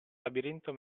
labirinto